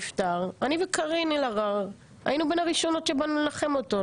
אני וקארין אלהרר היינו בין הראשונות שבאנו לנחם אותו.